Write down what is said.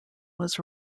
was